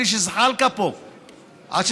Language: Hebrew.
שנדונה והיא בהסכמה מלאה עם לשכת רואי החשבון,